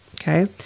Okay